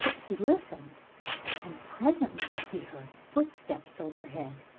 he listened and presently he heard footsteps overhead.